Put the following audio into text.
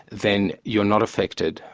then you're not affected,